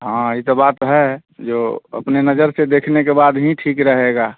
हाँ ई त बात है जो अपने नज़र से देखने बाद हीं ठीक रहेगा